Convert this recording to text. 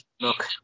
look